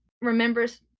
remembers